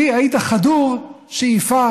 כי היית חדור שאיפה